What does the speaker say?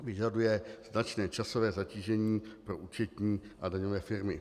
Vyžaduje značné časové zatížení pro účetní a daňové firmy.